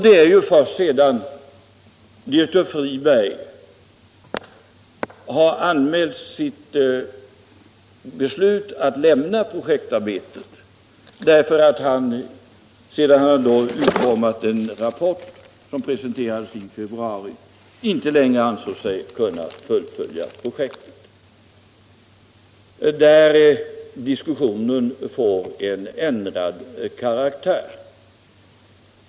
Det är först sedan direktör Friberg har anmält sitt beslut att lämna projektarbetet, därför att han sedan han utformat en rapport som presenterades i februari inte längre ansåg sig kunna fullfölja projektet, som diskussionen ändrat karaktär.